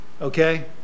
Okay